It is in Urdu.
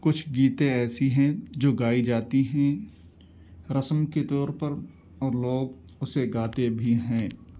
کچھ گیتیں ایسی ہیں جو گائی جاتی ہیں رسم کے طور پر اور لوگ اسے گاتے بھی ہیں